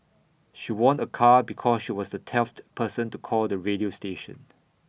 she won A car because she was the twelfth person to call the radio station